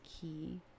key